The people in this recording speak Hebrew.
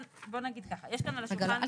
בואו נגיד ככה -- רגע לא,